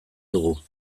dugu